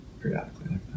periodically